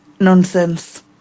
nonsense